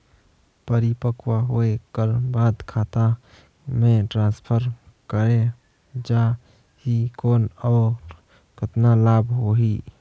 परिपक्व होय कर बाद खाता मे ट्रांसफर करे जा ही कौन और कतना लाभ होही?